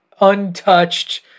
untouched